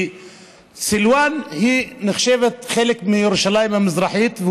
כי סילוואן נחשב חלק מירושלים המזרחית,